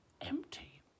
empty